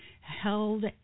held